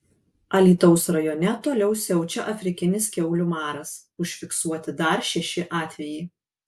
alytaus rajone toliau siaučia afrikinis kiaulių maras užfiksuoti dar šeši atvejai